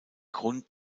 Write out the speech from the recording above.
grund